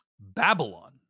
Babylon